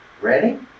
Ready